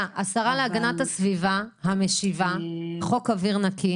להגנת הסביבה, המשיבה, חוק אוויר נקי